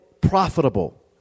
profitable